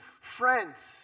friends